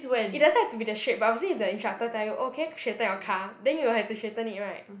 it doesn't have to be that straight but obviously if the instructor tell you oh can you straighten your car then you will have to straighten it [right]